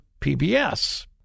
PBS